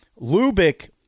Lubick